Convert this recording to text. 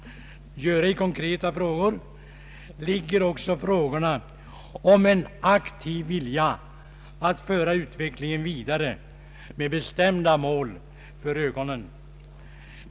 Om så är fallet är det naturligtvis bra. I ett sådant läge kanske riksdagsdebatterna bara kommer att röra sig om frågor som egentligen kunde avgöras av tjänstemän enligt allmänna riktlinjer. Det vore däremot inte så bra. Bakom de voteringar som vi snart får göra i konkreta frågor ligger också frågorna om en aktiv vilja att föra utvecklingen vidare med bestämda mål för ögonen.